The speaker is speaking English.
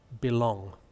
belong